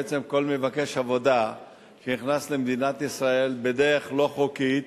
בעצם כל מבקש עבודה שנכנס למדינת ישראל בדרך לא חוקית,